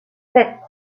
sept